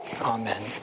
Amen